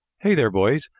hey there, boys!